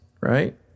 right